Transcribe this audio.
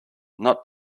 not